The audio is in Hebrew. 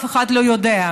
אף אחד לא יודע.